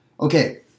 Okay